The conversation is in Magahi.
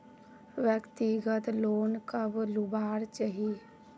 व्यक्तिगत लोन कब लुबार चही?